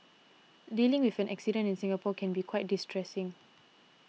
dealing with an accident in Singapore can be quite distressing